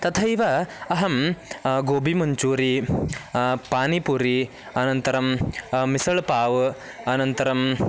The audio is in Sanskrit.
तथैव अहं गोबिमञ्चूरि पानीपुरि अनन्तरं मिसळ् पाव् अनन्तरम्